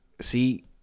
See